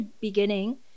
beginning